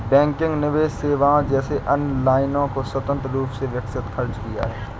banking निवेश सेवाओं जैसी अन्य लाइनों को स्वतंत्र रूप से विकसित खर्च किया है